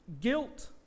guilt